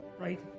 right